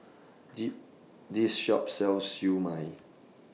The This Shop sells Siew Mai